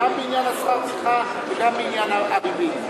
גם בעניין שכר הטרחה וגם בעניין הריבית,